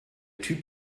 typ